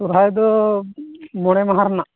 ᱥᱚᱨᱦᱟᱭ ᱫᱚ ᱢᱚᱬᱮ ᱢᱟᱦᱟ ᱨᱮᱱᱟᱜ